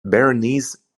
berenice